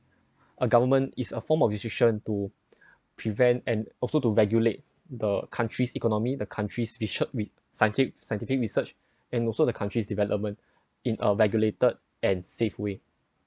a government is a form of decision to prevent and also to regulate the country's economy the country's bishop with scientific scientific research and also the country's development in a regulated and safe way